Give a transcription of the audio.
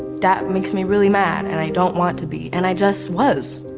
that makes me really mad and i don't want to be and i just was.